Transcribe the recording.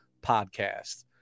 podcast